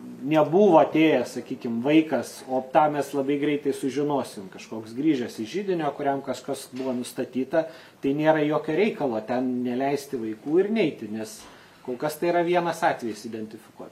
nebuvo atėjęs sakykim vaikas o tą mes labai greitai sužinosim kažkoks grįžęs iš židinio kuriam kažkas buvo nustatyta tai nėra jokio reikalo ten neleisti vaikų ir neiti nes kol kas tai yra vienas atvejis identifikuot